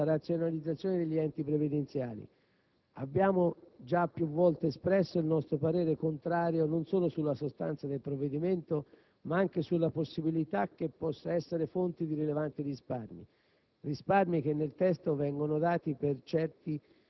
In chiusura, mi permetto di esternare un ultimo commento sulla razionalizzazione degli enti previdenziali. Abbiamo già più volte espresso il nostro parere contrario non solo sulla sostanza del provvedimento, ma anche sulla possibilità che possa essere fonte di rilevanti risparmi;